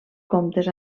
comtes